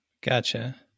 Gotcha